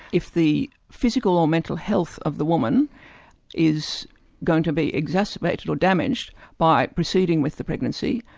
if the physical or mental health of the woman is going to be exacerbated or damaged by proceeding with the pregnancy,